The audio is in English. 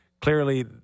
clearly